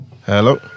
Hello